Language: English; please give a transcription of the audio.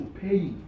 pay